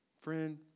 Friend